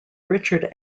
richard